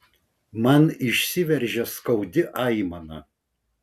man išsiveržia skaudi aimana